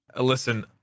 Listen